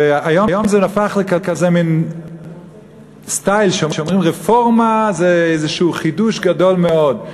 והיום זה הפך למין סטייל שכשאומרים "רפורמה" זה איזשהו חידוש גדול מאוד.